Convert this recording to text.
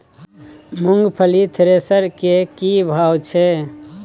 मूंगफली थ्रेसर के की भाव छै?